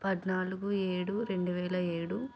పద్నాలుగు ఏడు రెండువేల ఏడు